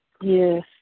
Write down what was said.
Yes